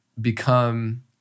become